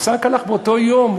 הפסק הלך באותו יום.